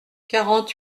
quarante